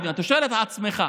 אתה שואל את עצמך: